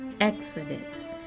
Exodus